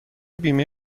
بیمه